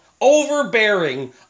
overbearing